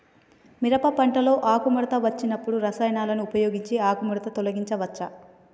మిరప పంటలో ఆకుముడత వచ్చినప్పుడు రసాయనాలను ఉపయోగించి ఆకుముడత తొలగించచ్చా?